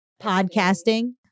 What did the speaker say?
Podcasting